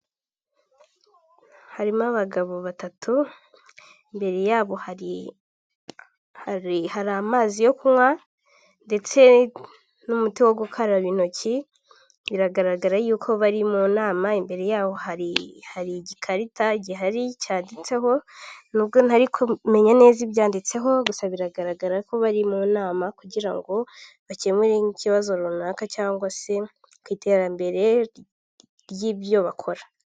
Harimo abagabo batatu, imbere yabo hari hari amazi yo kunywa ndetse n'umuti wo gukaraba intoki biragaragara yuko bari mu nama, imbere ya hari hari igikarita gihari cyanditseho nubwo ntari kumenya neza ibyanditseho gusa biragaragara ko bari mu nama kugira ngo bakemure'ikibazo runaka cyangwa se ku iterambere ry'ibyo bakora.